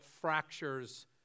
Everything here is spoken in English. fractures